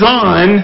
on